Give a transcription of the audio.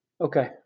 Okay